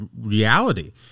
reality